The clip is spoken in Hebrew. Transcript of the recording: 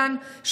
בגן,